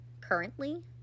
currently